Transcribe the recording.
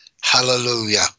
hallelujah